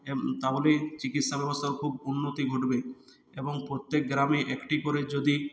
তাহলে চিকিৎসা ব্যবস্থাও খুব উন্নতি ঘটবে এবং প্রত্যেক গ্রামে একটি করে যদি